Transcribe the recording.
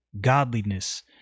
godliness